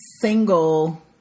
single